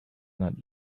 not